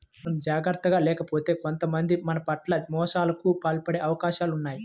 మనం జాగర్తగా లేకపోతే కొంతమంది మన పట్ల మోసాలకు పాల్పడే అవకాశాలు ఉన్నయ్